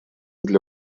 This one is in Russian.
для